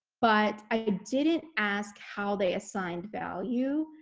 but i didn't ask how they assigned value.